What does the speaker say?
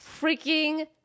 freaking